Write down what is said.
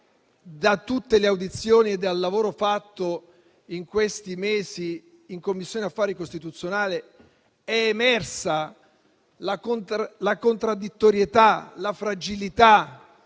da tutte le audizioni e dal lavoro fatto in questi mesi in Commissione affari costituzionali è emersa la contraddittorietà, la fragilità